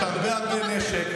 יש הרבה הרבה נשק,